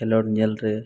ᱠᱷᱮᱞᱳᱰ ᱧᱮᱞᱨᱮ